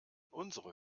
unsere